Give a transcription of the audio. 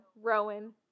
Rowan